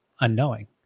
unknowing